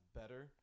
better